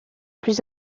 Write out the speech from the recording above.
plus